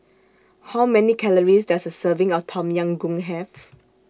How Many Calories Does A Serving of Tom Yam Goong Have